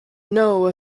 know